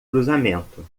cruzamento